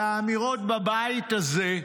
על האמירות בבית הזה: